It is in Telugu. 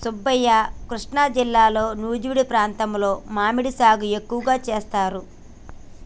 సుబ్బయ్య కృష్ణా జిల్లాలో నుజివీడు ప్రాంతంలో మామిడి సాగు ఎక్కువగా సేస్తారు